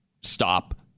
stop